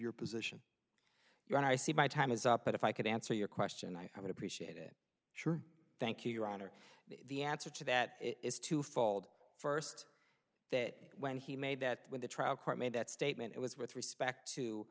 your position your honor i see my time is up but if i could answer your question i would appreciate it thank you your honor the answer to that is twofold first that when he made that when the trial court made that statement it was with respect to